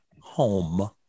home